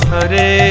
Hare